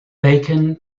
bacon